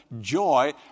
joy